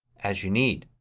as you need.